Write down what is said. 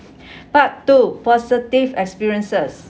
part two positive experiences